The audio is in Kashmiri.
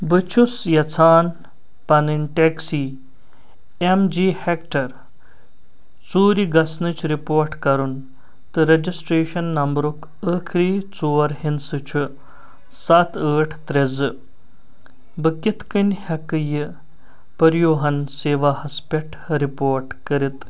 بہٕ چھُس یژھان پنٕنۍ ٹیٚکسی ایٚم جے ہیٚکٹر ژوٗرِ گژھنٕچۍ رپورٹ کرن تہٕ رجسٹریشن نمبرُک ٲخری ژور ہنٛدسہٕ چھُ سَتھ ٲٹھ ترٛےٚ زٕ بہٕ کتھ کٔنۍ ہیٚکہٕ یہِ پٔریوہَن سیواہَس پؠٹھ رپورٹ کٔرتھ